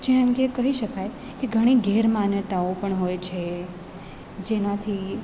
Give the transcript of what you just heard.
જેમ કે કહી શકાય કે ઘણી ગેરમાન્યતાઓ પણ હોય છે જેનાથી